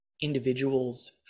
individuals